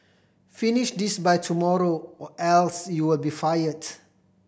finish this by tomorrow or else you'll be fired